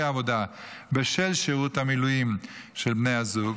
עבודה בשל שירות המילואים של בני הזוג.